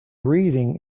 reading